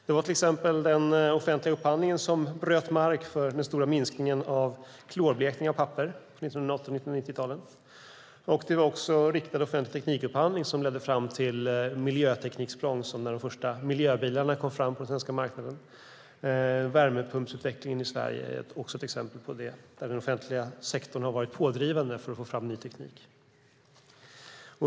Det var till exempel den offentliga upphandlingen som bröt mark för den stora minskningen av klorblekning av papper på 1980 och 1990-talen. Det var också riktad offentlig teknikupphandling som ledde fram till miljötekniksprång som när de första miljöbilarna kom fram på den svenska marknaden. Värmepumpsutvecklingen i Sverige är också ett exempel på att den offentliga sektorn har varit pådrivande för att få fram ny teknik.